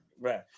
right